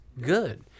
good